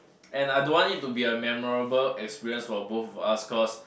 and I don't want it to be a memorable experience for both of us because